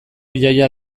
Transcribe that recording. jaia